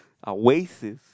ah racist